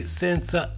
senza